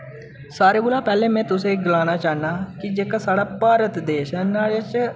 सारें कोला पैह्ले में तुसेंगी गलाना चाह्न्नां कि जेह्का साढ़ा भारत देश ऐ नाह्ड़े च